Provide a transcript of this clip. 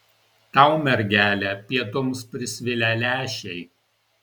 tau mergele pietums prisvilę lęšiai